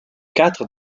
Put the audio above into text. quatre